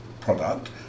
product